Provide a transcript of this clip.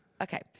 okay